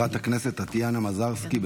של חברת הכנסת טטיאנה מזרסקי,